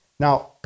Now